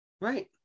Right